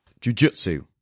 jujitsu